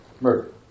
murder